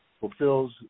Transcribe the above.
fulfills